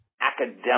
academic